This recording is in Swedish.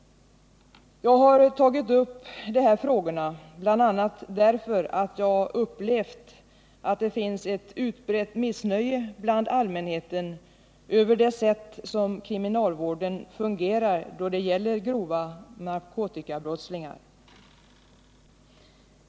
Jag har tagit upp de här frågorna bl.a. därför att jag upplevt att det finns ett utbrett missnöje bland allmänheten över det sätt som kriminalvården fungerar på då det gäller grova narkotikabrottslingar.